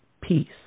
peace